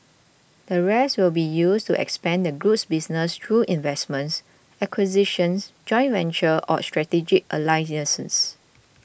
the rest will be used to expand the group's business through investments acquisitions joint ventures or strategic alliances